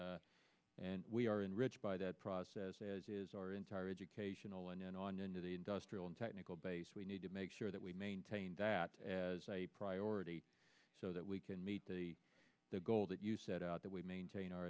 schools and we are enriched by that process as is our entire educational and on into the industrial and technical base we need to make sure that we maintain that as a priority so that we can meet the goal that you set out that we maintain our